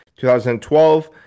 2012